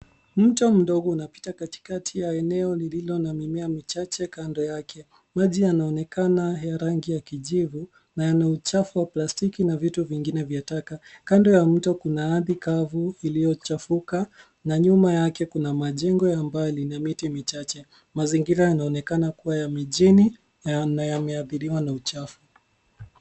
Mto mdogo unapita katikati ya eneo lililo na mimea michache kando yake. Maji yanaonekana Yana rangi ya kijivu na yana uchafu wa plastiki na vitu vingine vya taka. Kando ya mto kuna ardhi kavu iliyochafuka na nyuma yake kuna majengo ya mbali na miti michache. Mazingira yanaonekana kuwa ya mijini na yameathiriwa na uchafu.